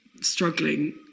struggling